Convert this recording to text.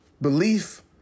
belief